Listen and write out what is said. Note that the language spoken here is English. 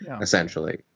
essentially